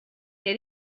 què